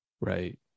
Right